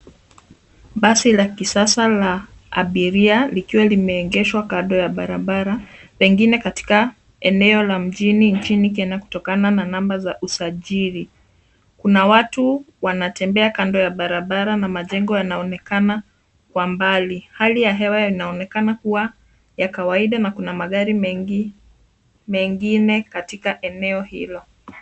Basi la kisasa la abiria likiwa limeegeshwa kando ya barabara pengine katika eneo la mjini nchini Kenya kutokana na namba za usajili. Kuna watu wanatembea kando ya barabara na majengo yanaonekana kwa mbali. Hali ya hewa inaonekana kuwa ya kawaida na kuna magari mengi mengine katika eneo hilo.